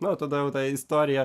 na o tada jau ta istorija